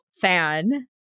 fan